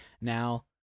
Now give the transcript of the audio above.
now